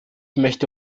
möchte